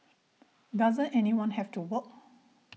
doesn't anyone have to work